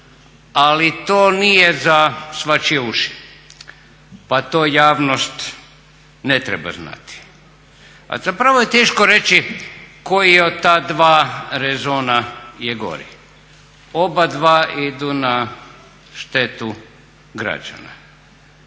ali to nije za svačije uši pa to javnost ne treba znati. Pa zapravo je teško reći koji je od ta dva rezona je gori. Oba dva idu na štetu građana.